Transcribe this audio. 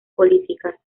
políticas